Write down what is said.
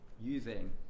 using